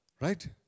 Right